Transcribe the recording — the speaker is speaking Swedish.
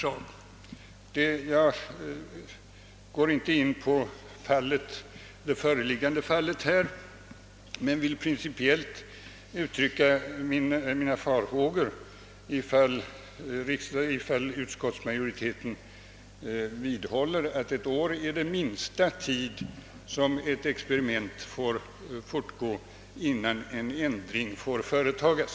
Jag går inte in på det föreliggande fallet men vill principiellt uttrycka mina farhågor, ifall utskottsmajoriteten vidhåller att ett år är den kortaste tid som ett experiment får fortgå innan en ändring kan företagas.